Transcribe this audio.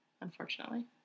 Unfortunately